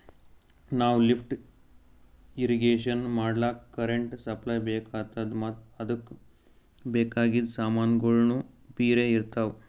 ನಾವ್ lift irrigation ಮಾಡ್ಲಕ್ಕ್ current supply ಬೆಕಾತದ್ ಮತ್ತ್ ಅದಕ್ಕ್ ಬೇಕಾಗಿದ್ ಸಮಾನ್ಗೊಳ್ನು ಪಿರೆ ಇರ್ತವ್